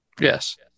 Yes